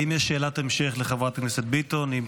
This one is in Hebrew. האם יש לחברת הכנסת ביטון שאלת המשך?